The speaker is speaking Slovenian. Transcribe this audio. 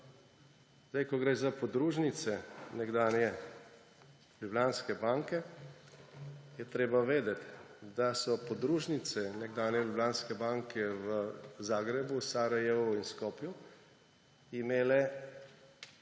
Ko gre za podružnice nekdanje Ljubljanske banke, je treba vedeti, da so podružnice nekdanje Ljubljanske banke v Zagrebu, Sarajevu in Skopju imele